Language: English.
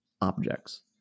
objects